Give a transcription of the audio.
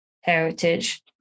heritage